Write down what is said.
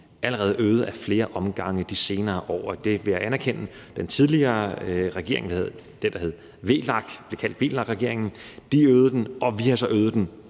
allerede øget ad flere omgange de senere år. Jeg vil anerkende, at den tidligere regering – den, der blev kaldt VLAK-regeringen – øgede den, og vi har så øget den